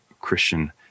Christian